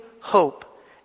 hope